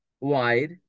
wide